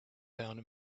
found